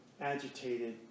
agitated